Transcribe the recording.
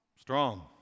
Strong